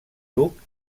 duc